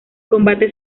combates